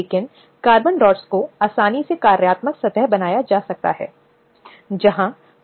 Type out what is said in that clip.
तो जो संरक्षित है वह महिला है या जो शिकायत कर सकती है वह महिला है